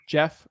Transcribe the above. Jeff